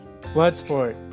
Bloodsport